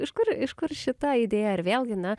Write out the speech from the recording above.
iš kur iš kur šita idėja ar vėlgi na